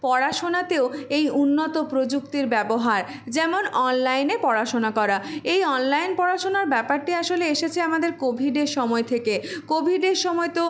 পড়াশোনাতেও এই উন্নত প্রযুক্তির ব্যবহার যেমন অনলাইনে পড়াশোনা করা এই অনলাইন পড়াশোনার ব্যাপারটি আসলে এসেছে আমাদের কোভিডের সময় থেকে কোভিডের সময় তো